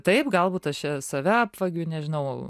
taip galbūt aš čia save apvagiu nežinau